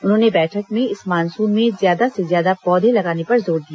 उन्होंने बैठक में इस मानसून में ज्यादा से ज्यादा पौधे लगाने पर जोर दिया